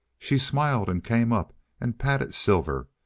she smiled and came up and patted silver,